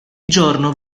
giorno